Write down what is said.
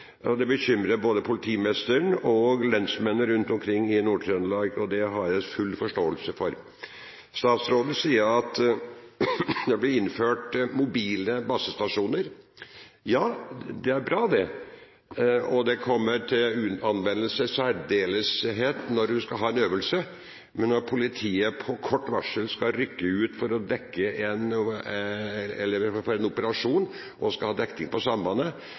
bekymrer både politimesteren og lensmennene rundt omkring i Nord-Trøndelag, og det har jeg full forståelse for. Statsråden sier at det blir innført mobile basestasjoner. Ja, det er bra, det, og det kommer til anvendelse i særdeleshet når man skal ha en øvelse. Men når politiet på kort varsel skal rykke ut for en operasjon og skal ha dekning på sambandet,